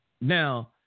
now